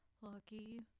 lucky